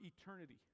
eternity